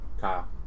Kyle